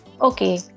Okay